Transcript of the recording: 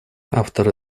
авторы